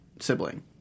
sibling